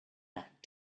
that